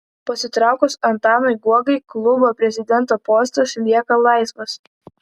pasitraukus antanui guogai klubo prezidento postas lieka laisvas